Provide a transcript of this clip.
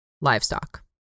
livestock